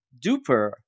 duper